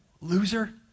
Loser